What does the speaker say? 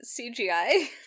CGI